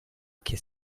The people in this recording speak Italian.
che